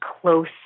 close